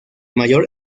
mayor